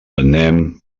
anem